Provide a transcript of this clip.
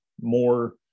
more